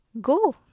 go